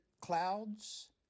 clouds